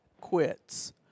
quits